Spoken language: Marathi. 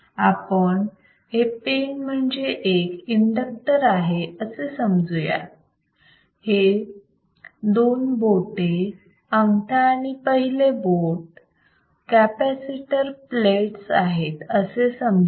आपण हे पेन म्हणजे इंडक्टर आहे असे समजूयात हे दोन बोटे अंगठा आणि पहिले बोट कॅपॅसिटर प्लेट्स आहेत असे समजा